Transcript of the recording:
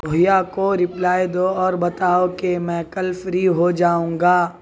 بھیا کو رپلائی دو اور بتاؤ کہ میں کل فری ہو جاؤں گا